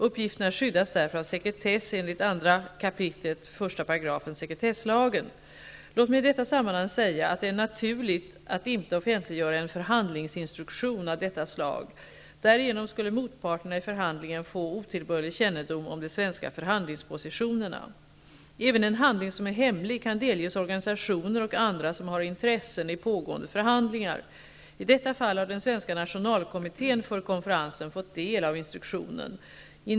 Uppgifterna skyddas därför av sekretess enligt 2 kap. 1 § sekretesslagen. Låt mig i detta sammanhang säga att det är naturligt att inte offentliggöra en förhandlingsinstruktion av detta slag. Därigenom skulle motparterna i förhandlingen få otillbörlig kännedom om de svenska förhandlingspositionerna. Även en handling som är hemlig kan delges organisationer och andra som har intressen i pågående förhandlingar. I detta fall har den svenska nationalkommittén för konferensen fått del av instruktionen.